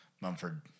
Mumford